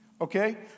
Okay